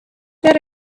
got